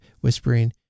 whispering